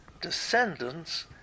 descendants